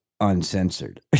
uncensored